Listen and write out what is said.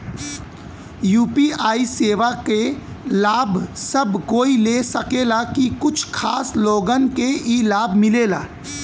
UPI सेवा क लाभ सब कोई ले सकेला की कुछ खास लोगन के ई लाभ मिलेला?